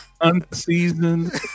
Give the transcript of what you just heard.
Unseasoned